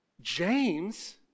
James